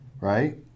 right